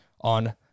on